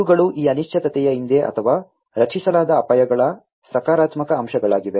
ಇವುಗಳು ಈ ಅನಿಶ್ಚಿತತೆಯ ಹಿಂದೆ ಅಥವಾ ರಚಿಸಲಾದ ಅಪಾಯಗಳ ಸಕಾರಾತ್ಮಕ ಅಂಶಗಳಾಗಿವೆ